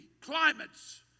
climates